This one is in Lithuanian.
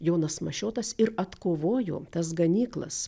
jonas mašiotas ir atkovojo tas ganyklas